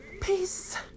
Peace